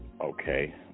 okay